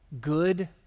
good